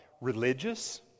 Religious